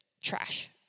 trash